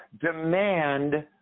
demand